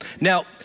Now